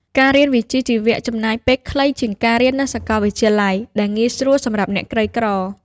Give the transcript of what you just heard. ការរៀនវិជ្ជាជីវៈចំណាយពេលខ្លីជាងការរៀននៅសកលវិទ្យាល័យ ដែលងាយស្រួលសម្រាប់អ្នកក្រីក្រ។